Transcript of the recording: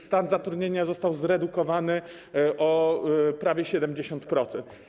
Stan zatrudnienia został już zredukowany o prawie 70%.